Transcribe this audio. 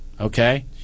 Okay